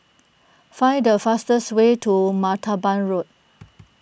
find the fastest way to Martaban Road